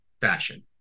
fashion